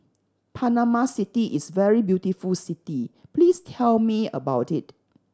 Panama City is a very beautiful city please tell me about it